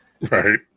Right